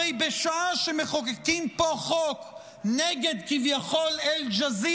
הרי בשעה שמחוקקים פה חוק נגד אל-ג'זירה,